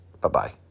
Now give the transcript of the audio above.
Bye-bye